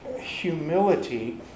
humility